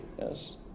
yes